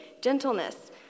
gentleness